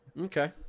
Okay